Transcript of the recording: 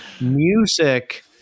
music